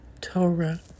Torah